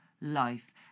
life